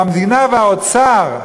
והמדינה והאוצר,